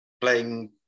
playing